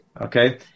okay